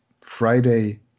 Friday